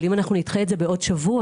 אבל אם אנחנו נדחה את זה בעוד שבוע,